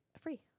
Free